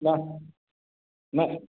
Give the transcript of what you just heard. ନା ନା